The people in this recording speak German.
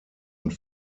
und